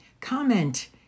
Comment